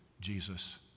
Jesus